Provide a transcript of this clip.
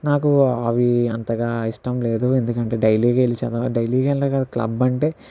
నాకు అవి అంతగా ఇష్టం లేదు ఎందుకంటే డైలీగా వెళ్ళి చదవ డైలీగా వెళ్ళినా కానీ క్లబ్ అంటే